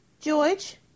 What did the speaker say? George